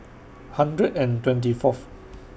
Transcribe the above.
one hundred and twenty Fourth